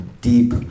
deep